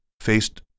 faced